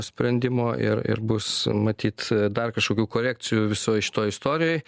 sprendimo ir ir bus matyt dar kažkokių korekcijų visoj šitoj istorijoj